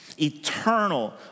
eternal